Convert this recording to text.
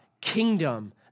kingdom